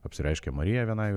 apsireiškė marija vienai